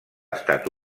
estat